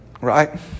Right